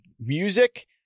music